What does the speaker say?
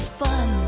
fun